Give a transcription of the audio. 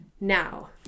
Now